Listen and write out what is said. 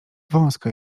wąska